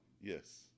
yes